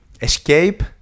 escape